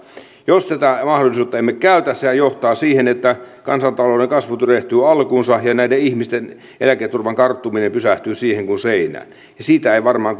jos tätä mahdollisuutta emme käytä sehän johtaa siihen että kansantalouden kasvu tyrehtyy alkuunsa ja näiden ihmisten eläketurvan karttuminen pysähtyy siihen kuin seinään ja siitä ei varmaan